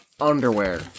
Underwear